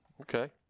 Okay